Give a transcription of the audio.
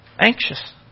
anxious